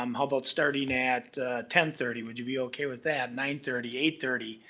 um how about starting at ten thirty, would you be okay with that? nine thirty, eight thirty,